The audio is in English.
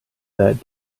that